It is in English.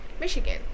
michigan